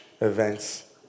events